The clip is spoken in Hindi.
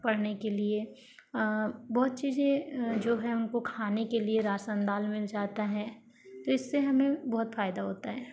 पढ़ने के लिए बहुत चीज़ें जो हैं उनको खाने के लिए राशन दाल मिल जाता है तो इससे हमें बहुत फायदा होता है